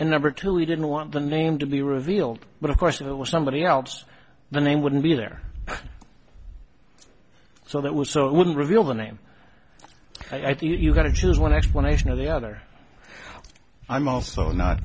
and number two we didn't want the name to be revealed but of course it was somebody else the name wouldn't be there so that was so it wouldn't reveal the name i think you got to choose one explanation of the other i'm also not